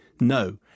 no